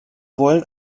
wollen